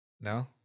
No